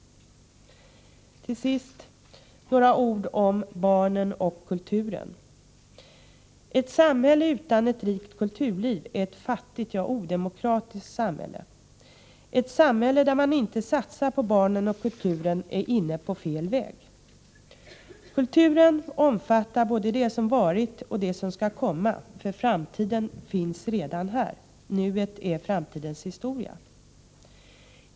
Till sist några ord om barnen och kulturen. Ett samhälle utan ett rikt kulturliv är ett fattigt, ja, odemokratiskt samhälle. Ett samhälle där man inte satsar på barnen och kulturen är inne på fel väg. Kulturen omfattar både det som varit och det som skall komma, för framtiden finns redan här — nuet är framtidens historia.